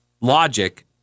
logic